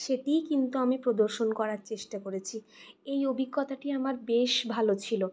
সেটিই কিন্তু আমি প্রদর্শন করার চেষ্টা করেছি এই অভিজ্ঞতাটি আমার বেশ ভালো ছিল